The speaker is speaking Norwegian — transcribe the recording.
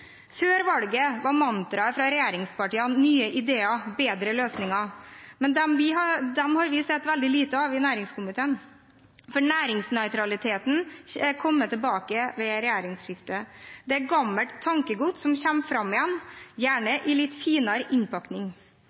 Før valget var mantraet fra regjeringspartiet Høyre «Nye ideer, bedre løsninger», men det har vi sett veldig lite av i næringskomiteen, for næringsnøytraliteten er kommet tilbake med regjeringsskiftet. Det er gammelt tankegods som kommer fram igjen, gjerne i litt finere innpakning.